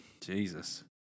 Jesus